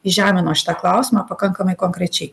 įžemino šitą klausimą pakankamai konkrečiai